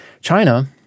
China